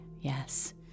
yes